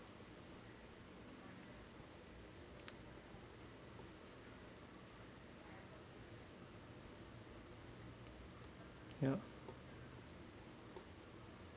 ya